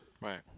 Right